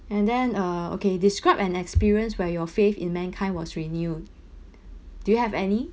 and then uh okay describe an experience where your faith in mankind was renewed do you have any